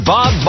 Bob